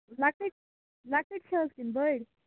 لۅکٕٹۍ لۅکٕٹۍ چھِ حظ کِنہٕ بٔڈۍ